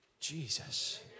Jesus